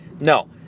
No